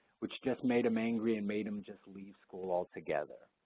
which just made him angry and made him just leave school altogether.